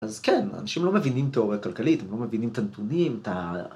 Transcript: אז כן, אנשים לא מבינים תיאוריה כלכלית, הם לא מבינים את הנתונים, את ה..